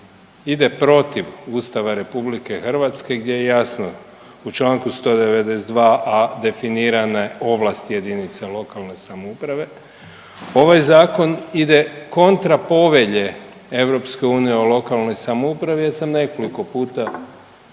ide protiv Ustava RH gdje je jasno u čl. 192.a definirane ovlasti jedinica lokalne samouprave, ovaj zakon ide kontra Povelje EU o lokalnoj samoupravi, ja sam nekoliko puta